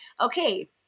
okay